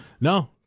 no